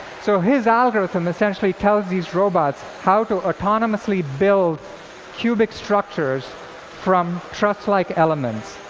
so his algorithm essentially tells these robots how to autonomously build cubic structures from truss-like elements.